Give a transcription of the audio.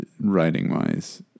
writing-wise